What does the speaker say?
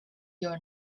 your